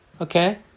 Okay